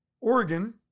Oregon